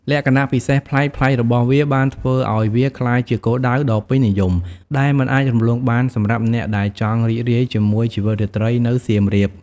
លក្ខណៈពិសេសប្លែកៗរបស់វាបានធ្វើឲ្យវាក្លាយជាគោលដៅដ៏ពេញនិយម ដែលមិនអាចរំលងបានសម្រាប់អ្នកដែលចង់រីករាយជាមួយជីវិតរាត្រីនៅសៀមរាប។